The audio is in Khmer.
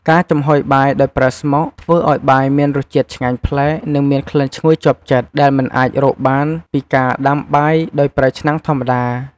ការចំហុយបាយដោយប្រើស្មុក ធ្វើឲ្យបាយមានរសជាតិឆ្ងាញ់ប្លែក និងមានក្លិនឈ្ងុយជាប់ចិត្ត ដែលមិនអាចរកបានពីការដាំបាយដោយប្រើឆ្នាំងធម្មតា។